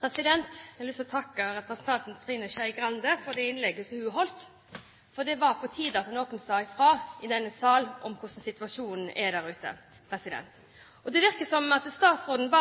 Jeg har lyst til å takke representanten Trine Skei Grande for de innleggene hun holdt, for det var på tide at noen sa ifra i denne sal om hvordan situasjonen er der ute. Det virker som om statsråden